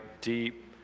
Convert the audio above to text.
deep